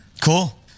Cool